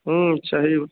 हूँ सही